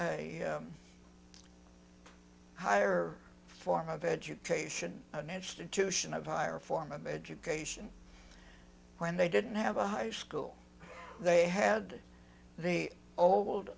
a higher form of education an institution of higher form of education when they didn't have a high school they had the old